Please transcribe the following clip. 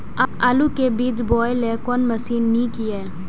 आलु के बीज बोय लेल कोन मशीन नीक ईय?